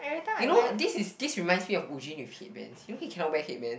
you know this is this reminds me of Eugene with headband he really cannot wear headbands